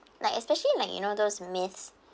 like especially like you know those myths